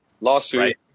Lawsuit